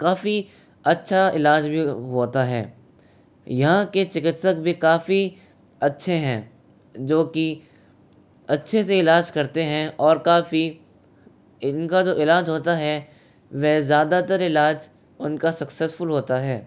काफ़ी अच्छा इलाज भी हो होता है यहाँ के चिकित्सक भी काफ़ी अच्छे हैं जो कि अच्छे से इलाज करते हैं और काफ़ी इनका जो इलाज होता है वह ज़्यादातर इलाज उनका सकसेसफ़ुल होता है